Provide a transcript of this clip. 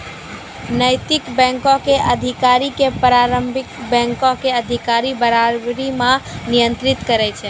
नैतिक बैंको के अधिकारी के पारंपरिक बैंको के अधिकारी बराबरी मे नियंत्रित करै छै